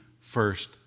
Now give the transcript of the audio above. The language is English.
first